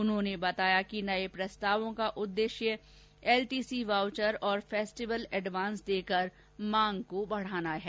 उन्होंने बताया कि नये प्रस्तावों का उद्देश्य एलटीसी वाउचर और फेस्टिवल एडवांस देकर मांग को बढाना है